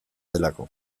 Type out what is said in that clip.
delako